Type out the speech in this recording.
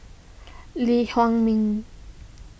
Lee Huei Min